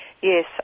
Yes